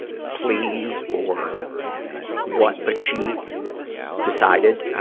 please or what. but she decided, ah,